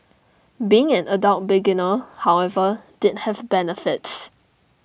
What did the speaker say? being an adult beginner however did have benefits